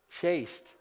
Chaste